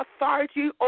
authority